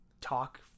talk